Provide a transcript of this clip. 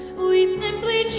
we simply